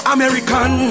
American